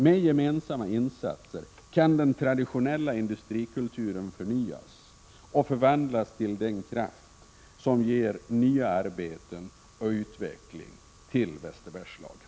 Med gemensamma insatser kan den traditionella industrikulturen förnyas och förvandlas till den kraft som ger nya arbeten och utveckling till Västerbergslagen.